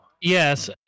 yes